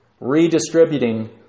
redistributing